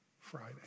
Friday